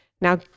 now